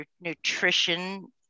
nutrition